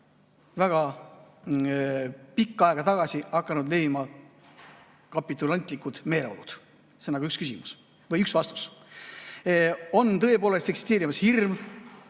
väga pikka aega tagasi hakanud levima kapitulantlikud meeleolud. See on üks vastus. On tõepoolest eksisteerimas hirm.